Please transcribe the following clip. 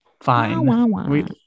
Fine